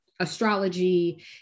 astrology